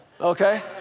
Okay